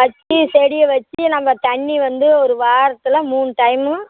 வெச்சு செடியை வெச்சு நம்ப தண்ணி வந்து ஒரு வாரத்தில் மூணு டைமும்